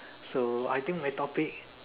so I think my topic